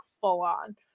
full-on